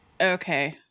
okay